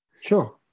Sure